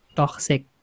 toxic